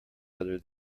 other